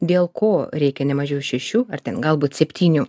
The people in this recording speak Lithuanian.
dėl ko reikia ne mažiau šešių ar ten galbūt septynių